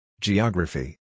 Geography